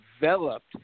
developed